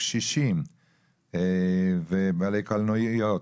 קשישים ובעלי קלנועיות,